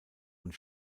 und